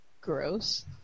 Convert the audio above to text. Gross